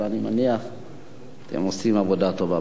אבל אני מניח שאתם עושים עבודה טובה.